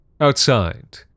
Outside